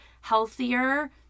healthier